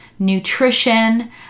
nutrition